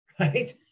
Right